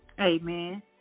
Amen